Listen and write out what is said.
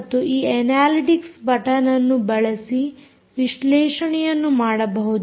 ಮತ್ತು ಈ ಎನಾಲಿಟಿಕ್ಸ್ ಬಟನ್ಅನ್ನು ಬಳಸಿ ವಿಶ್ಲೇಷಣೆಯನ್ನು ಮಾಡಬಹುದು